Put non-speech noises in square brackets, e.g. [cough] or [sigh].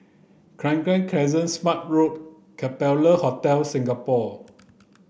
[unintelligible] Crescent Smart Road Capella Hotel Singapore